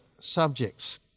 subjects